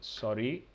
sorry